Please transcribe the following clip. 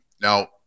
Now